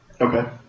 Okay